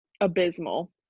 abysmal